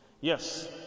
Yes